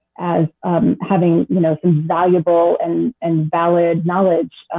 as having you know some valuable and and valid knowledge.